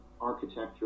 architecture